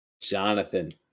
Jonathan